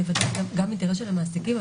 בוודאי גם אינטרס של המעסיקים,